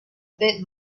bit